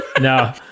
No